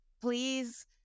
Please